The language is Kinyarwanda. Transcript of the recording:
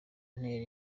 ntera